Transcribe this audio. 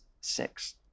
six